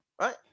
right